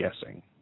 guessing